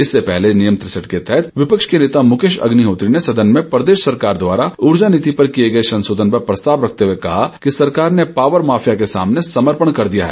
इससे पहले नियम तिरेसठ के तहत विपक्ष के नेता मुकेश अग्निहोत्री ने सदन में प्रदेश सरकार द्वारा ऊर्जा नीति पर किए संशोधन पर प्रस्ताव रखते हुए कहा कि सरकार ने पावर माफिया के सामने समर्पण कर दिया है